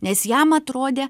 nes jam atrodė